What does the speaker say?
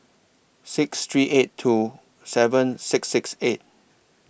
six three eight two seven six six eight